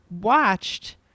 watched